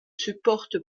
supporte